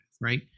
right